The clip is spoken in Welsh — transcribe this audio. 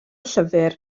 llyfr